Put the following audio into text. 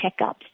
checkups